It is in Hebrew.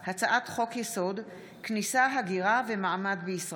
הצעת חוק להרחבת הייצוג ההולם של בני האוכלוסייה